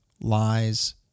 lies